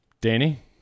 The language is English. danny